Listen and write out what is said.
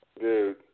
dude